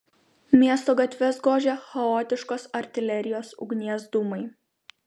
miesto gatves gožė chaotiškos artilerijos ugnies dūmai